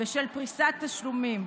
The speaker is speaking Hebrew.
בשל פריסת תשלומים.